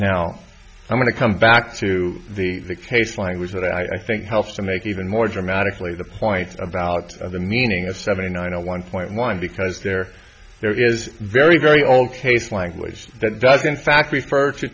now i'm going to come back to the case language that i think helps to make even more dramatically the point about the meaning of seventy nine a one point one because there there is very very own case language that doesn't fact